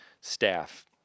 staff